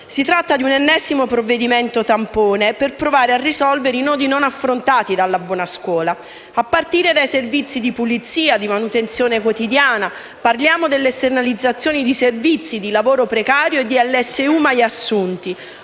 Si tratta di un ennesimo provvedimento tampone per provare a risolvere i nodi non affrontati dalla buona scuola, a partire dai servizi di pulizia, di manutenzione quotidiana. Parliamo delle esternalizzazioni di servizi, di lavoro precario e di LSU mai assunti: